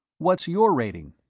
what's your rating?